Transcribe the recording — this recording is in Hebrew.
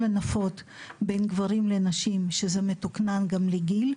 הנפות בין גברים לנשים שזה מתוכנן גם לגיל,